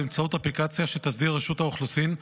באמצעות אפליקציה שתסדיר רשות האוכלוסין,